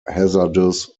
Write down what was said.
hazardous